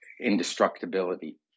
indestructibility